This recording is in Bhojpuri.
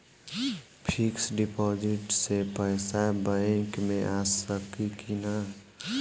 फिक्स डिपाँजिट से पैसा बैक मे आ सकी कि ना?